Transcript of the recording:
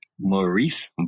Maurice